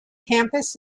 campus